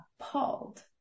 appalled